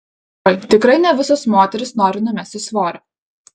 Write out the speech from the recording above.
oi tikrai ne visos moterys nori numesti svorio